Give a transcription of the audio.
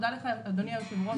אדוני היושב-ראש,